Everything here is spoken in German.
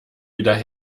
wieder